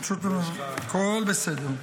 הכול בסדר.